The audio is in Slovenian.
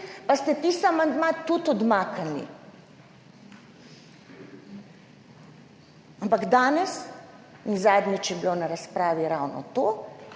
pa ste tisti amandma tudi odmaknili. Ampak danes, in zadnjič je bilo na razpravi ravno to,